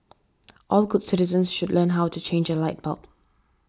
all good citizens should learn how to change a light bulb